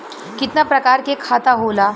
कितना प्रकार के खाता होला?